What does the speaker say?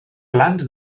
plans